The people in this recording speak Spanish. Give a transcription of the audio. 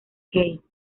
keith